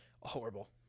Horrible